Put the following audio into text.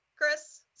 Chris